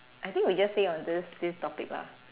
I think we just stay on this this topic lah